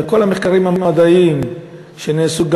כל המחקרים המדעיים שנעשו,